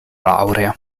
laurea